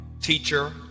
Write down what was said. teacher